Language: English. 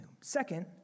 Second